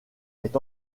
est